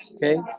okay.